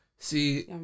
See